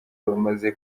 bamaze